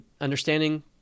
understanding